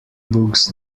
books